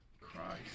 Christ